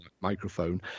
microphone